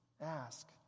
Ask